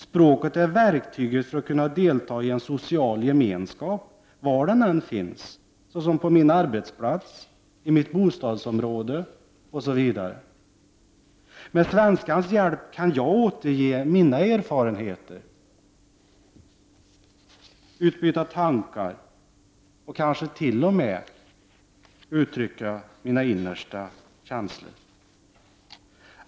Språket är ett verktyg för att kunna delta i en social gemenskap var den än finns — på min arbetsplats, i mitt bostadsområde osv. Med svenskans hjälp kan jag återge mina erfarenheter, utbyta tankar och kanske t.o.m. uttrycka mina innersta känslor.